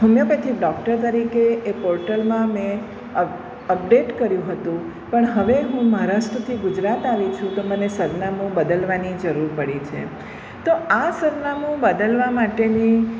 homeopathic doctor તરીકે એ પોર્ટલમાં મેં અ અપડેટ કર્યું હતું પણ હવે હું મહારાષ્ટ્રથી ગુજરાત આવી છું તો મને સરનામું બદલવાની જરૂર પડી છે તો આ સરનામું બદલવા માટેની